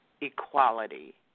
equality